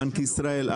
בנק ישראל,